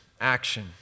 Action